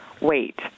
Wait